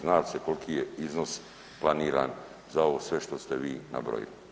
Zna li se koliki je iznos planiran za ovo sve što ste vi nabrojili?